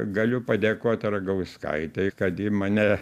galiu padėkot ragauskaitei kad ji mane